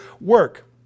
work